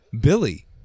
Billy